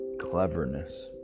cleverness